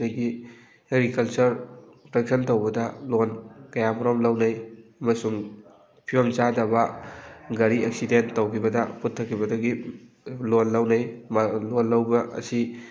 ꯑꯗꯒꯤ agriculture production ꯇꯧꯕꯗ loan ꯀꯌꯥ ꯃꯔꯨꯝ ꯂꯧꯅꯩ ꯑꯃꯁꯨꯡ ꯐꯤꯕꯝ ꯆꯥꯗꯕ ꯒꯥꯔꯤ ꯑꯦꯛꯁꯤꯗꯦꯟ ꯇꯧꯈꯤꯕꯗ ꯄꯨꯊꯈꯤꯕꯗꯒꯤ ꯂꯣꯟ ꯂꯧꯅꯩ ꯂꯣꯟ ꯂꯧꯕ ꯑꯁꯤ